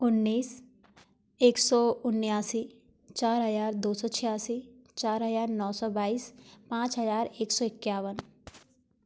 उन्नीस एक सौ उन्न्यासी चार हज़ार दो सौ छियासी चार हज़ार नौ सौ बाईस पाँच हज़ार एक सौ इक्यावन